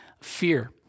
fear